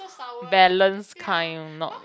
balanced kind not